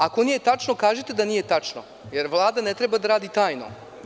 Ako nije tačno, kažite da nije tačno, jer Vlada ne treba da radi tajno.